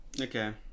okay